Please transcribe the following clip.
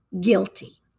Guilty